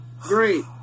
Great